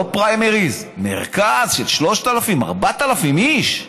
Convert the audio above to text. לא פריימריז, מרכז של 3,000 4,000 איש,